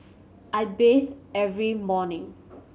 I bathe every morning